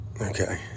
okay